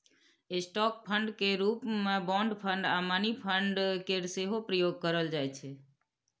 stock fund केर रूप मे बॉन्ड फंड आ मनी फंड केर सेहो प्रयोग करल जाइ छै